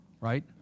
right